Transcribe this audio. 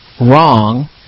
wrong